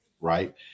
Right